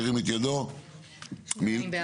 מי נגד?